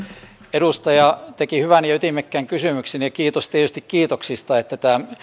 edustaja teki hyvän ja ytimekkään kysymyksen ja kiitos tietysti kiitoksista että tämä